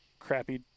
crappy